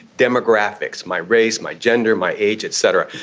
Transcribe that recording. demographics, my race, my gender, my age, et cetera.